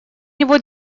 него